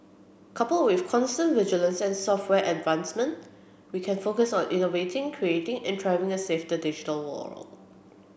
coupled with constant vigilance and software advancement we can focus on innovating creating and thriving a safer digital world